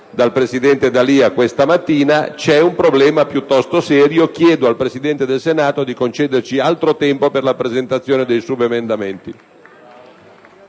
dal presidente D'Alia questa mattina, c'è un problema piuttosto serio. Chiedo quindi alla Presidenza del Senato di concederci altro tempo per la presentazione dei subemendamenti.